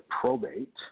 probate